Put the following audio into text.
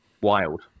wild